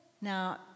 Now